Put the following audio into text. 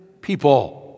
people